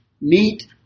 meet